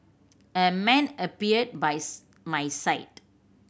a man appeared buys my side